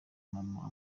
mama